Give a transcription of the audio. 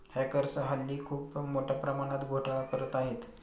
hackers हल्ली खूप मोठ्या प्रमाणात घोटाळा करत आहेत